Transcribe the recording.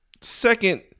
Second